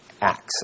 Acts